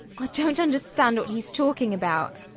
i don't understand what he's talking about.